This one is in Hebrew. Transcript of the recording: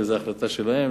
וזה החלטה שלהם.